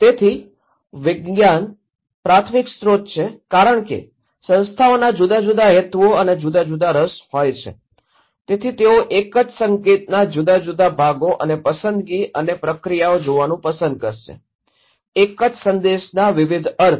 તેથી વિજ્ઞાન પ્રાથમિક સ્ત્રોત છે કારણ કે સંસ્થાઓનાં જુદા જુદા હેતુઓ અને જુદા જુદા રસ હોય છે તેથી તેઓ એક જ સંકેતનાં જુદા જુદા ભાગો અને પસંદગી અને પ્રક્રિયાઓ જોવાનું પસંદ કરશે એક જ સંદેશના વિવિધ અર્થ